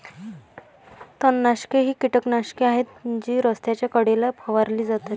तणनाशके ही कीटकनाशके आहेत जी रस्त्याच्या कडेला फवारली जातात